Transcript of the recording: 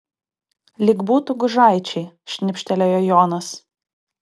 lyg būtų gužaičiai šnibžtelėjo jonas